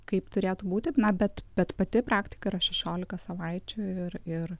kaip turėtų būti na bet bet pati praktika yra šešiolika savaičių ir ir